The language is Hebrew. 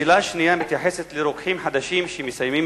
השאלה השנייה מתייחסת לרוקחים חדשים שמסיימים